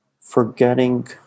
forgetting